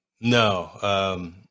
No